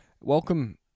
welcome